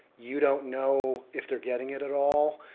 you don't know if they're getting it at all.